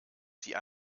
sie